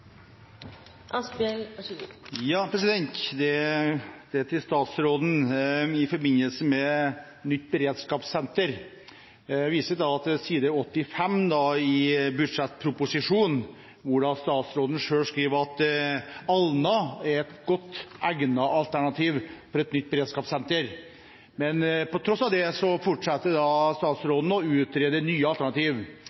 Det er til statsråden i forbindelse med nytt beredskapssenter. Jeg viser til budsjettproposisjonen, hvor statsråden selv skriver at Alna er et godt egnet alternativ for et nytt beredskapssenter. Men på tross av det fortsetter